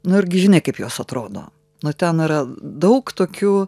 nu irgi žinai kaip jos atrodo nu ten yra daug tokių